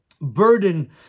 burden